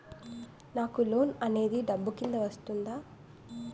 నాకు లోన్ అనేది డబ్బు కిందా వస్తుందా?